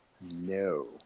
No